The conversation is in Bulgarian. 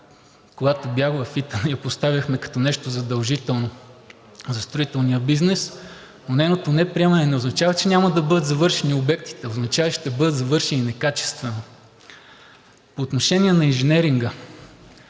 когато в ИТН я поставяхме като нещо задължително за строителния бизнес, но нейното неприемане не означава, че няма да бъдат завършени обектите, означава, че ще бъдат завършени некачествено. По отношение на инженеринга